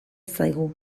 zaigu